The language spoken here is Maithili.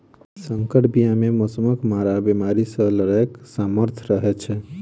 सँकर बीया मे मौसमक मार आ बेमारी सँ लड़ैक सामर्थ रहै छै